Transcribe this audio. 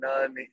none